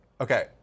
Okay